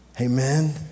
Amen